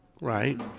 right